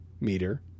meter